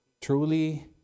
truly